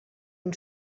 amb